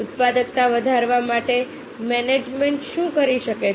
ઉત્પાદકતા વધારવા માટે મેનેજમેન્ટ શું કરી શકે છે